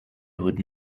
would